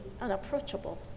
unapproachable